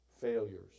failures